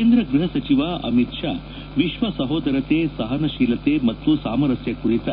ಕೇಂದ್ರ ಗೃಹ ಸಚಿವ ಅಮಿತ್ ಶಾ ವಿಶ್ವ ಸಹೋದರತೆ ಸಹನಶೀಲತೆ ಮತ್ತು ಸಾಮರಸ್ವ ಕುರಿತ